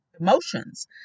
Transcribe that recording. emotions